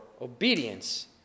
obedience